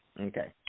Okay